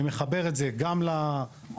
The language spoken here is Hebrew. אני מחבר את זה גם לפרוטקשן,